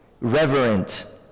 Reverent